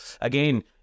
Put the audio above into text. again